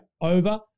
over